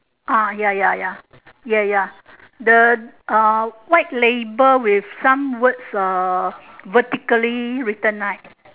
ah ya ya ya ya ya the uh white label with some words uh vertically written right